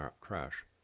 crash